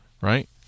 right